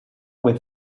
with